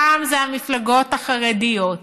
הפעם זה המפלגות החרדיות,